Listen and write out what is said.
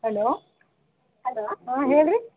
hello ಹಾಂ ಹೇಳಿರಿ